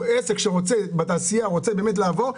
עסק בתעשייה שרוצה לעבור,